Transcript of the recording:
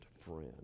friend